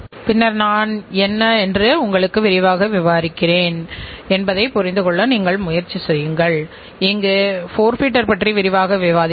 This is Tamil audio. அதாவது ஒரு நபருக்கு சேவை கொடுக்க எடுத்துக்கொள்ள வேண்டிய நேரம் 2 நிமிடங்களுக்கு மிகாமல் இருக்க வேண்டும்